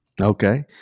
Okay